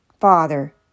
Father